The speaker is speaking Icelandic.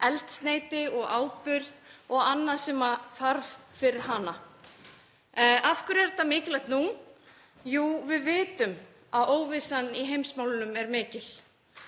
eldsneyti, áburð og annað sem þarf fyrir hana. Af hverju er þetta mikilvægt nú? Jú, við vitum að óvissan í heimsmálum er mikil.